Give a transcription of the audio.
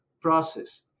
process